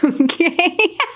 Okay